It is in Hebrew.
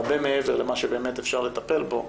הרבה מעבר למה שבאמת אפשר לטפל בו,